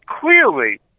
clearly